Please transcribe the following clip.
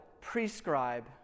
prescribe